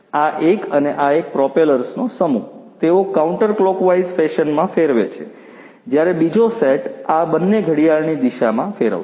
આ એક અને આ એક પ્રોપેલર્સનો સમૂહ તેઓ કાઉન્ટરક્લોકવાઇઝ ફેશનમાં ફેરવે છે જ્યારે બીજો સેટ આ બંને ઘડિયાળની દિશામાં ફેરવશે